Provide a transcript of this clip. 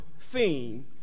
theme